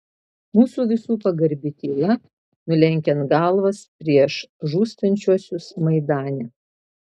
mūsų visų pagarbi tyla nulenkiant galvas prieš žūstančiuosius maidane